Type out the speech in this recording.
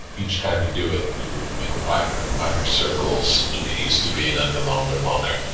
each time you do it, you would make wider and wider circles, and get used to being under longer and longer.